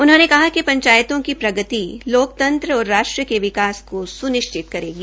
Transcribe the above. उन्होंने कहा कि पंचायतों की प्रगति लोकतंत्र और राष्ट्र के विकास को सुनिश्चित करेगी